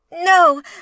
No